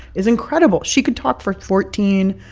is incredible. she could talk for fourteen,